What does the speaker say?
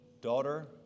daughter